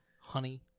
Honey